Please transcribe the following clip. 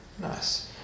Nice